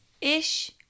Ish